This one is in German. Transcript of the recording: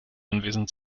anwesend